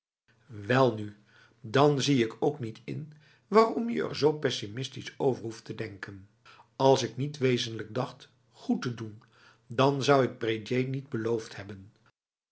welnu dan zie ik ook niet in waarom je er zo pessimistisch over hoeft te denkenals ik niet wezenlijk dacht goed te doen dan zou ik prédier niet beloofd hebben